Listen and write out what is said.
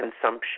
consumption